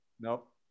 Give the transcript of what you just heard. Nope